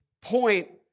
point